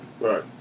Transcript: Right